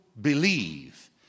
believe